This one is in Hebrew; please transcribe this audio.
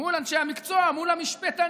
מול אנשי המקצוע, מול המשפטנים.